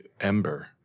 Ember